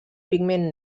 pigment